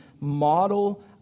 model